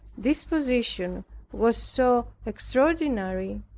disposition was so extraordinary,